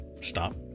stop